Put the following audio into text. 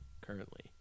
currently